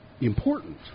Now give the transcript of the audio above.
important